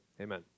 amen